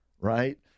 right